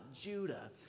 judah